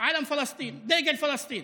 עלם פלסטין, דגל פלסטין.